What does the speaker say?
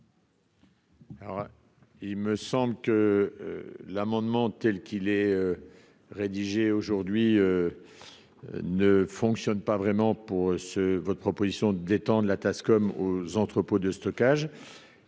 Il me semble que l'amendement telle qu'il est rédigé aujourd'hui ne fonctionne pas vraiment pour ce votre proposition de la TASCOM aux entrepôts de stockage